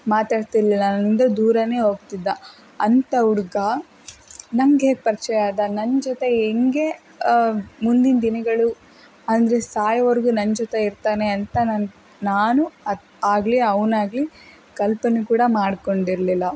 ಮಾತಾಡ್ತಿರ್ಲಿಲ್ಲ ನನ್ನಿಂದ ದೂರಾನೇ ಹೋಗ್ತಿದ್ದ ಅಂಥ ಹುಡುಗ ನಂಗೆ ಹೇಗೆ ಪರಿಚಯ ಆದ ನನ್ನ ಜೊತೆ ಹೆಂಗೆ ಮುಂದಿನ ದಿನಗಳು ಅಂದರೆ ಸಾಯೋವರೆಗೂ ನನ್ನ ಜೊತೆ ಇರ್ತಾನೆ ಅಂತ ನಾನು ನಾನು ಆಗಲಿ ಅವ್ನು ಆಗಲಿ ಕಲ್ಪನೆ ಕೂಡ ಮಾಡ್ಕೊಂಡಿರ್ಲಿಲ್ಲ